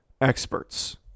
experts